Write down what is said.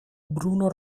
bruno